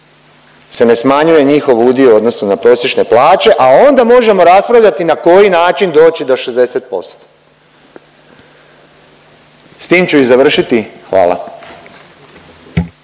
se ne smanjuje njihov udio u odnosu na prosječne plaće, a onda možemo raspravljati na koji način doći do 60%. S tim ću i završiti, hvala.